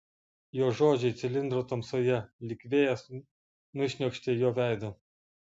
jo žodžiai cilindro tamsoje lyg vėjas nušniokštė jo veidu